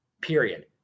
Period